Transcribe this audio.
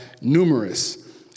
numerous